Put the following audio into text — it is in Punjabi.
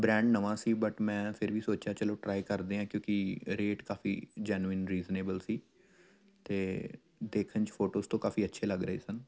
ਬ੍ਰੈਂਡ ਨਵਾਂ ਸੀ ਬਟ ਮੈਂ ਫਿਰ ਵੀ ਸੋਚਿਆ ਚਲੋ ਟਰਾਈ ਕਰਦੇ ਹਾਂ ਕਿਉਂਕਿ ਰੇਟ ਕਾਫੀ ਜੈਨੁਇਨ ਰੀਜ਼ਨੇਬਲ ਸੀ ਅਤੇ ਦੇਖਣ 'ਚ ਫੋਟੋਸ ਤੋਂ ਕਾਫੀ ਅੱਛੇ ਲੱਗ ਰਹੇ ਸਨ